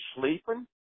sleeping